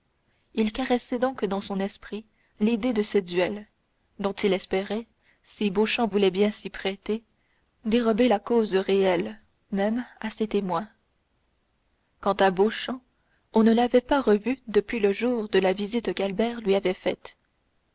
il caressait donc dans son esprit l'idée de ce duel dont il espérait si beauchamp voulait bien s'y prêter dérober la cause réelle même à ses témoins quant à beauchamp on ne l'avait pas revu depuis le jour de la visite qu'albert lui avait faite